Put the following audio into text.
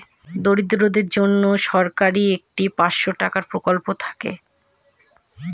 দরিদ্রদের জন্য সরকারের একটি পাঁচশো টাকার প্রকল্প থাকে